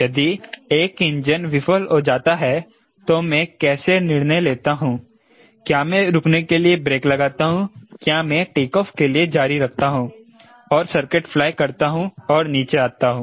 यदि एक इंजन विफल हो जाता है तो मैं कैसे निर्णय लेता हूं क्या मैं रुकने के लिए ब्रेक लगाता हूं या मैं टेक ऑफ के लिए जारी रखता हूं और सर्किट फ्लाई करता हूं और नीचे आता हूं